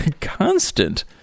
constant